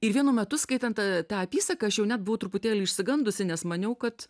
ir vienu metu skaitant tą apysaką aš jau net buvau truputėlį išsigandusi nes maniau kad